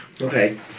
Okay